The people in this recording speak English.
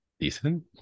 decent